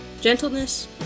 gentleness